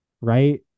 right